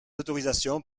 autorisations